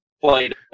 played